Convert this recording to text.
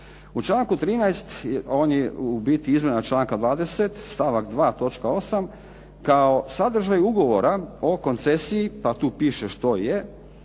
U članku 13., on je u biti izmjena članka 20. stavak 2. točka 8., kao sadržaj ugovora o koncesiji pa tu piše što je,